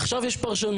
עכשיו יש פרשנות.